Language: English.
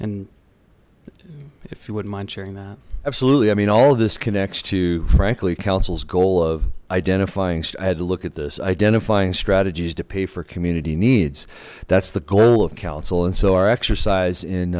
and if you wouldn't mind sharing that absolutely i mean all of this connects to frankly counsels goal of identifying i had to look at this identifying strategies to pay for community needs that's the goal of council and so our exercise